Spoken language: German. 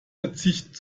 verzicht